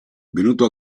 venuto